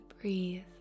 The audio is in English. breathe